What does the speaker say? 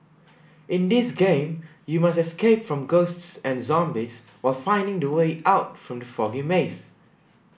in this game you must escape from ghosts and zombies while finding the way out from the foggy maze